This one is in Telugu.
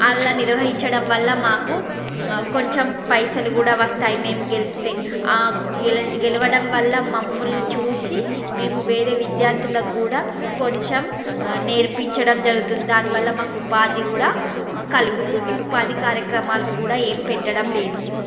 అలా నిర్వహించడం వల్ల మాకు కొంచెం పైసలు కూడా వస్తాయి మేము గెలిస్తే ఆ గె గెలవడం వల్ల మమ్మల్ని చూసి మేము వేరే విద్యార్థులకు కూడా కొంచెం నేర్పించడం జరుగుతుంది దానివల్ల మాకు ఉపాధి కూడా కలుగుతుంది ఉపాధి కార్యక్రమాలు కూడా ఏమి పెట్టడం లేదు